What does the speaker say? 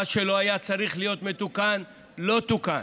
מה שלא היה צריך להיות מתוקן, לא תוקן.